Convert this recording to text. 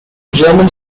german